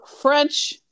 French